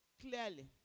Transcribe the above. clearly